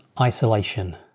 isolation